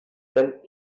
dem